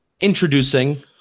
introducing